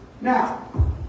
Now